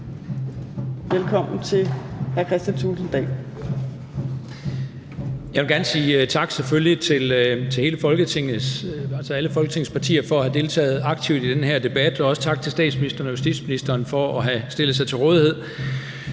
gerne sige tak til hele Folketinget, altså alle Folketingets partier, for at have deltaget aktivt i den her debat, og også tak til statsministeren og justitsministeren for at have stillet sig til rådighed.